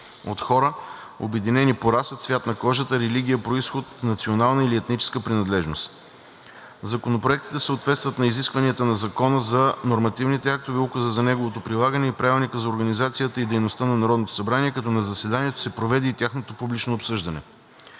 от хора, обединени по раса, цвят на кожата, религия, произход, национална или етническа принадлежност. Законопроектите съответстват на изискванията на Закона за нормативните актове, Указа за неговото прилагане и Правилника за организацията и дейността на Народното събрание, като на заседанието се проведе и тяхното публично обсъждане.